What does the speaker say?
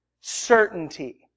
certainty